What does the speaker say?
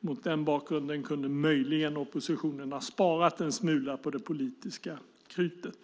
Mot den bakgrunden skulle oppositionen möjligen ha kunnat spara en smula på det politiska krutet.